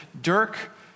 Dirk